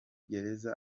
gereza